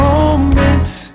moments